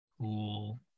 Cool